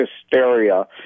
hysteria